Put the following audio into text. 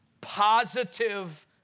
positive